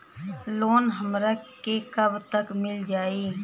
Loan हमरा के कब तक मिल जाई?